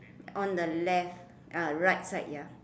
on the left ah right side ya